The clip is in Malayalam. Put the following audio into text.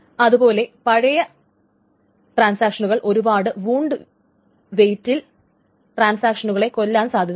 അതുപോലെ പഴയ ട്രാൻസാക്ഷനുകൾ ഒരുപാട് വുണ്ട് വെയിറ്റിൽ ട്രാൻസാക്ഷനുകളെ കൊല്ലാൻ സാധ്യതയുണ്ട്